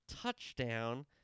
touchdown